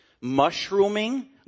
mushrooming